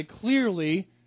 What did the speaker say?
Clearly